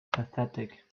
pathetic